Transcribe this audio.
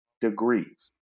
degrees